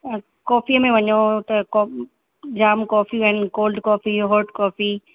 अ कॉफ़ीअ में वञो त को जामु कॉफ़ियूं आहिनि कोल्ड कॉफ़ी हॉट कॉफ़ी